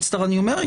אני אומר,